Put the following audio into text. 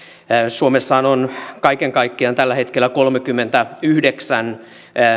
suomessahan on kaiken kaikkiaan tällä hetkellä kolmekymmentäyhdeksän